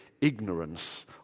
ignorance